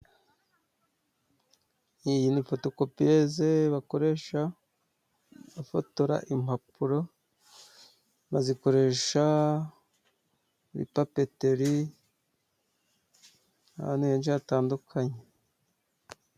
Iyi ni fotokopiyeze bakoresha bafotora impapuro, bazikoresha muri papeteri ahantu henshi hatandukanye.